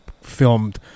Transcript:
filmed